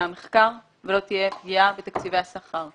המחקר ולא תהיה פגיעה בתקציבי השכר.